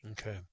Okay